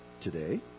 today